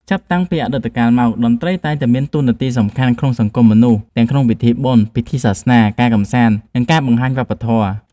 ចាប់តាំងពីអតីតកាលមក តន្ត្រីតែងតែមានតួនាទីសំខាន់ក្នុងសង្គមមនុស្ស ទាំងក្នុងពិធីបុណ្យ ពិធីសាសនា ការកម្សាន្ត និងការបង្ហាញវប្បធម៌។